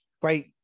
great